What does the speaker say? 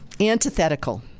antithetical